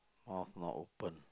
mouth not open